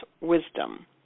wisdom